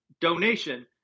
donation